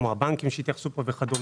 כמו הבנקים שיתייחסו פה וכדומה,